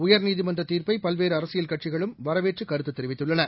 உயர்நீதிமன்றத் தீர்ப்பைபல்வேறுஅரசியல் கட்சிகளும் வரவேற்றுகருத்ததெரிவித்துள்ளன